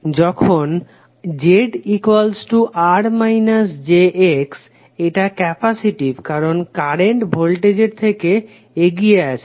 যখন R jX এটা capacitive কারণ কারেন্ট ভোল্টেজের থেকে এগিয়ে আছে